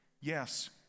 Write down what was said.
Yes